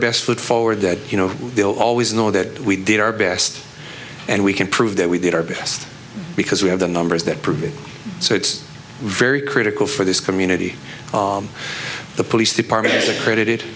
best foot forward that you know they'll always know that we did our best and we can prove that we did our best because we have the numbers that prove it so it's very critical for this community the police department credited